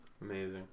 amazing